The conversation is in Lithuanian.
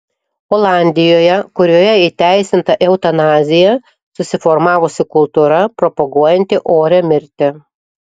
olandijoje kurioje įteisinta eutanazija susiformavusi kultūra propaguojanti orią mirtį